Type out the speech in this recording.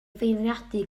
feirniadu